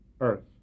earth